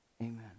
amen